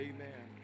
Amen